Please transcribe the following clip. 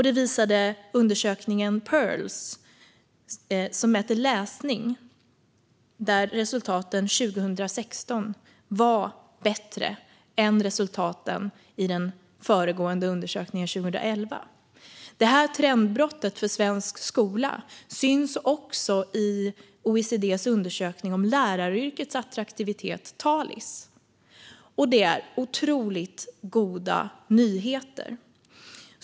Det visade också undersökningen Pirls, som mäter läsning, där resultaten 2016 var bättre än resultaten i den föregående undersökningen 2011. Trendbrottet för svensk skola syns också i OECD:s undersökning om läraryrkets attraktivitet, Talis. Det är otroligt goda nyheter.